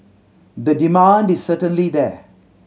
the demand is certainly there